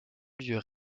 lieu